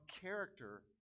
character